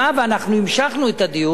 ואנחנו המשכנו את הדיון,